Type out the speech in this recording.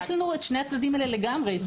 יש לנו שני הצדדים הללו לגמרי.